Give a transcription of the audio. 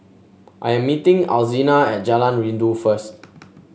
I am meeting Alzina at Jalan Rindu first